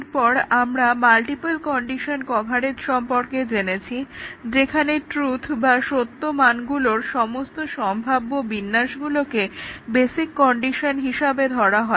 এরপর আমরা multiple condition coverage সম্পর্কে জেনেছি যেখানে ট্রুথ বা সত্য মানগুলোর সমস্ত সম্ভাব্য বিন্যাসগুলোকে বেসিক কন্ডিশন হিসাবে ধরা হয়